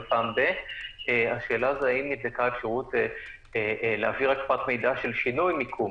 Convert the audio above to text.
פעם ב- האם נבדקה האפשרות להעביר רק פרט מידע של שינוי מיקום,